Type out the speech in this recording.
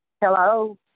Hello